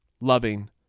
loving